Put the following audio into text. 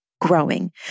Growing